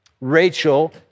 Rachel